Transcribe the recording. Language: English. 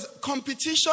competition